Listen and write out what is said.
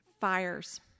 Fires